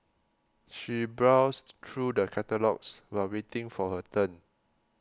she browsed through the catalogues while waiting for her turn